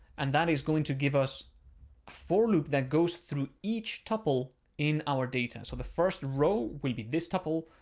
and that is going to give us a for loop that goes through each tuple in our data. so the first row would be this tuple.